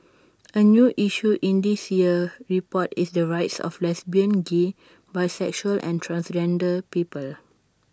A new issue in this year's report is the rights of lesbian gay bisexual and transgender people